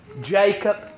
Jacob